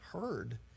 heard